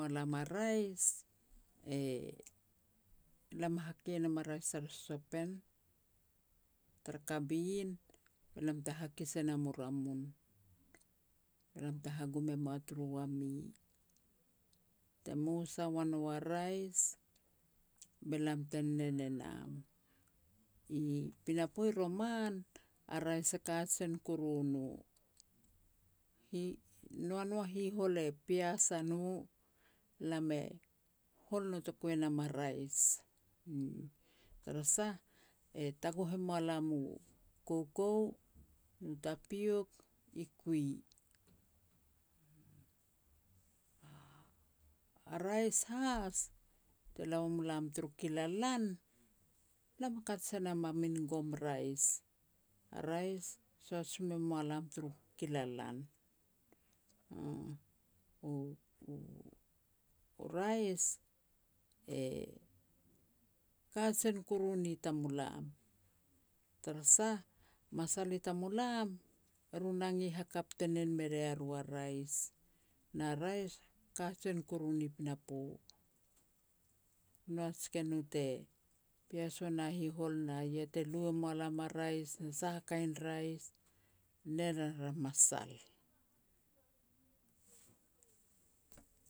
mua lam a rais, e lam hakei nam a rais tara sosopan, tar kabin, be lam te hakis e nam u ramun, be lam te hagum e mua turu wami. Te mosa ua nou a rais, be lam te nen e nam. I pinapo roman, a rais e kajen kuru no. Hi noa nu a hihol e pias a no, lam e hol notoku e nam a rais, uuh. Tarasah, e taguh e mua lam u koukou nu tapiok i kui. A-a rais has, te la ua mulam turu kilalan, lam hakat se nam a min gom rais. A rais, soat si me mua lam turu kilalan, uuh. U-u-u rais, e kajen kuru ni tamulam, tarasah, masal i tamulam, eru nangi hakap te nen me ria ru a rais, na rais, kajen kuru ni pinapo. No jikeno te pias ua na hihol, na i ya te lui e moa lam a rais na sah a kain rais, nen er a masal.